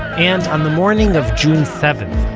and on the morning of june seventh,